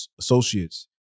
associates